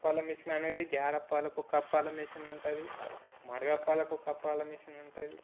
అప్పాల machine అనేది గారే అప్పాలకు ఒక అప్పాల మెషిన్ ఉంటుంది మడగప్పాలకు ఒక అప్పాల మెషిన్ ఉంటుంది